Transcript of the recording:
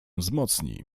wzmocni